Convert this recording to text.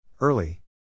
Early